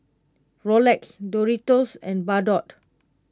Rolex Doritos and Bardot